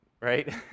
right